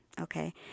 okay